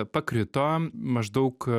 pakrito maždaug